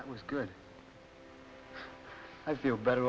that was good i feel better